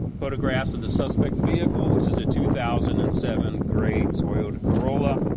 photographs of the suspect's vehicle, which is a two thousand and seven gray toyota corolla.